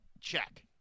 check